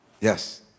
Yes